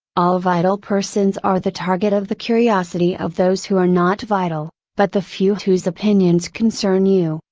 all vital persons are the target of the curiosity of those who are not vital, but the few whose opinions concern you,